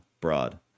broad